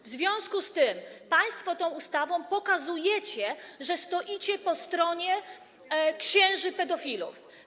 W związku z tym państwo tą ustawą pokazujecie, że stoicie po stronie księży pedofilów.